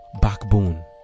backbone